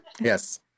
Yes